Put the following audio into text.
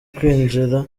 kwinjira